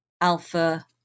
alpha